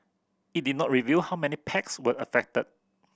it did not reveal how many packs were affected